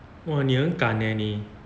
哇你很敢 leh 你